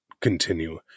continue